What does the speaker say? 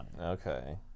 Okay